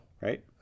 right